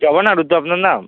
জবা নাড়ু তো আপনার নাম